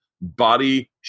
body